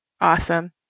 Awesome